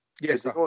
Yes